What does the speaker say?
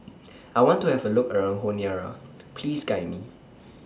I want to Have A Look around Honiara Please Guide Me